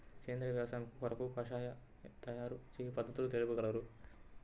సేంద్రియ వ్యవసాయము కొరకు కషాయాల తయారు చేయు పద్ధతులు తెలుపగలరు?